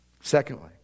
Secondly